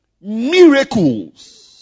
miracles